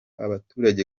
abaturage